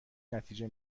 نتیجه